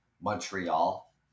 Montreal